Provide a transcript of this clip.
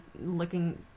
looking